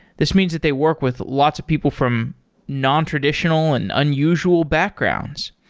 this means that they work with lots of people from nontraditional and unusual backgrounds.